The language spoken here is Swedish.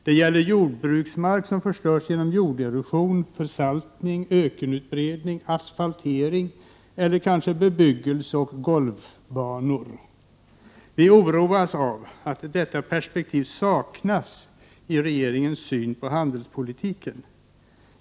Det gäller jordbruksmark som förstörs genom jorderosion, försaltning, ökenutbredning, asfaltering eller kanske av bebyggelse och golfbanor. Vi ororas av att detta perspektiv saknas i regeringens syn på handelspolitiken.